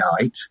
night